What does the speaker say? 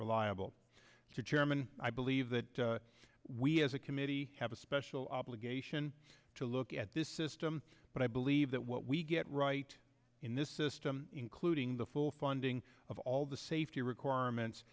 reliable to chairman i believe that we as a committee have a special obligation to look at this system but i believe that what we get right in this system including the full funding of all the safety requirements